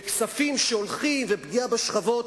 וכספים שהולכים, ופגיעה בשכבות.